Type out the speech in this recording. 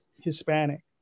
hispanic